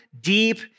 deep